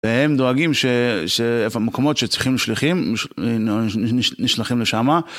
והם דואגים שאיפה המקומות שצריכים לשליחים, נשלחים לשם.